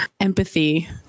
empathy